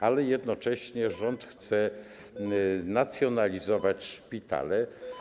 Ale jednocześnie rząd chce nacjonalizować szpitale.